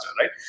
Right